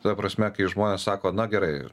ta prasme kai žmonės sako na gerai